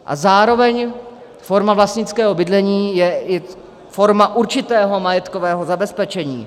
A zároveň forma vlastnického bydlení je i forma určitého majetkového zabezpečení.